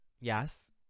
Yes